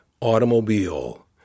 automobile